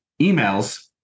emails